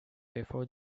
before